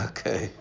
Okay